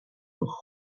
ruch